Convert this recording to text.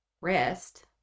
rest